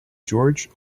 george